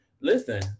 listen